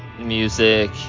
music